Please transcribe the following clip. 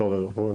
בתור ארגון